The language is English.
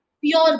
pure